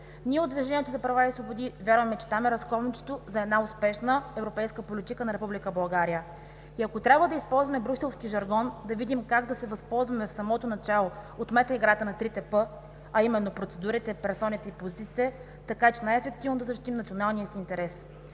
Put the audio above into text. Ние от Движението за права и свободи вярваме, че там е разковничето за една успешна европейска политика на Република България. И, ако трябва да използваме брюкселски жаргон, да видим как да се възползваме в самото начало от играта на трите „п“, а именно: процедурите, персоните и политиците, така че най-ефективно да защитим националния си интерес.